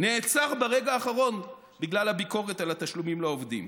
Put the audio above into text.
ונעצר ברגע האחרון עקב ביקורת ציבורית על היקף התשלום לעובדים".